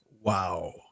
Wow